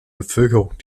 bevölkerung